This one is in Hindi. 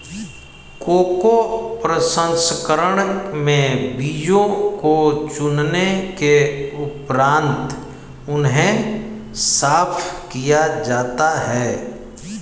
कोको प्रसंस्करण में बीजों को चुनने के उपरांत उन्हें साफ किया जाता है